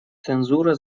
цензура